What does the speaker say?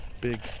big